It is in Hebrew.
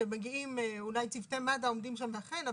שמגיעים אולי צוותי מד"א עומדים שם אכן,